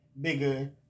bigger